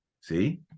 See